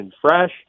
fresh